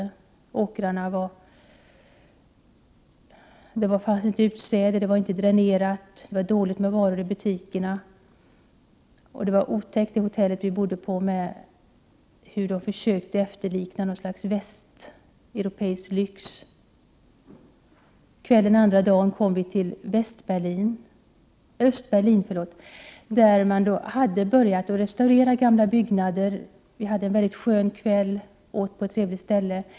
På åkrarna fanns det inte utsäde, det var inte dränerat och det var dåligt med varor i butikerna. Det var otäckt att se hur man på det hotell vi bodde på försökte efterlikna något slags västeuropeisk lyx. Den andra dagen kom vi på kvällen till Östberlin, där man hade börjat restaurera gamla byggnader. Vi fick en mycket skön kväll, och vi åt på ett trevligt ställe.